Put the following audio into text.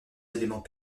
éléments